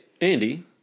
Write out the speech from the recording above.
Andy